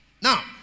Now